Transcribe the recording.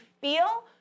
feel